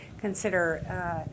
consider